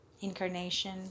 incarnation